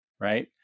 right